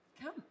Come